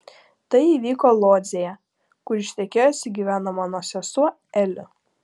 tai įvyko lodzėje kur ištekėjusi gyveno mano sesuo eliu